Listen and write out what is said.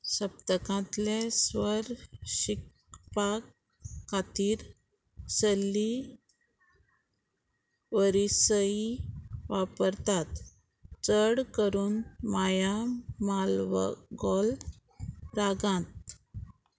सप्तकांतले स्वर शिकपाक खातीर सल्ली वरिसई वापरतात चड करून माया मालवगॉल रागांत